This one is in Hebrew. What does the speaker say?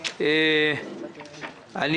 הזמנית כמובן.